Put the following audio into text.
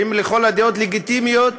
שהן לכל הדעות לגיטימיות,